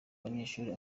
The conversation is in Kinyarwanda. abanyeshuri